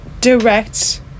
direct